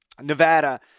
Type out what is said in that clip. Nevada